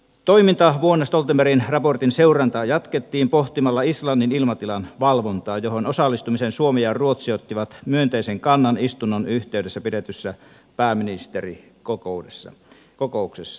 toimintavuonna stoltenbergin raportin seurantaa jatkettiin pohtimalla islannin ilmatilan valvontaa johon osallistumiseen suomi ja ruotsi ottivat myönteisen kannan istunnon yhteydessä pidetyssä pääministeri kokouksessa